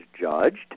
judged